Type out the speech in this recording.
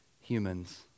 humans